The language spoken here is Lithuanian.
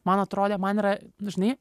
man atrodė man yra žinai